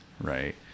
right